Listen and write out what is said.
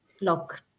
look